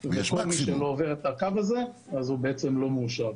כל מי שלא עובר את הקו הזה בעצם לא מאושר.